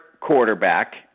quarterback